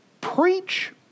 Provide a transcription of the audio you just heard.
Preach